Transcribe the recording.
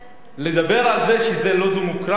לדבר על זה שזה לא דמוקרטי,